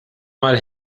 mal